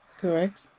Correct